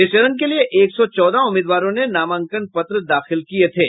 इस चरण के लिए एक सौ चौदह उम्मीदवारों ने नामांकन पत्र दाखिल किए थे